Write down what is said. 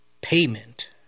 payment